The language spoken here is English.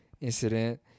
incident